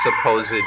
supposed